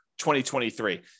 2023